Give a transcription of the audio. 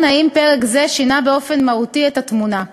אם פרק זה שינה באופן מהותי את התמונה.